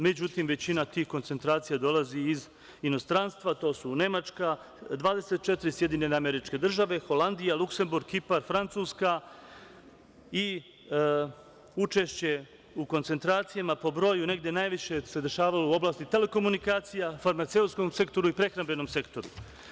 Međutim, većina tih koncentracija dolazi iz inostranstva, to su Nemačka, 24 SAD, Holandija, Luksemburg, Kipar, Francuska i učešće u koncentracijama po broju, negde najviše se dešavalo u oblasti telekomunikacija, farmaceutskom sektoru i prehrambenom sektoru.